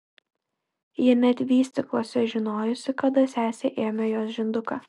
ji net vystykluose žinojusi kada sesė ėmė jos žinduką